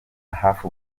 hafi